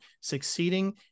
succeeding